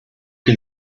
can